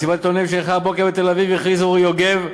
במסיבת עיתונאים שנערכה הבוקר בתל-אביב הכריז אורי יוגב,